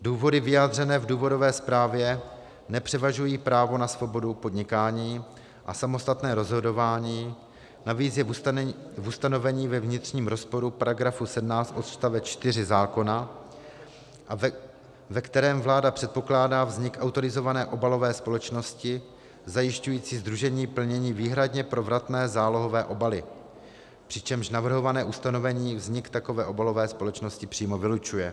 Důvody vyjádřené v důvodové zprávě nepřevažují právo na svobodu podnikání a samostatné rozhodování, navíc je ustanovení ve vnitřním rozporu s § 17 odst. 4 zákona, ve kterém vláda předpokládá vznik autorizované obalové společnosti zajišťující sdružení plnění výhradně pro vratné zálohované obaly, přičemž navrhované ustanovení vznik takové obalové společnosti přímo vylučuje.